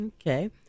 Okay